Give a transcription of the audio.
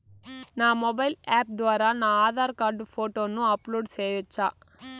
నా mobile app ద్వారా నా ఆధార్ కార్డు ఫోటోను అప్లోడ్ సేయొచ్చా?